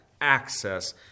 access